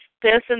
person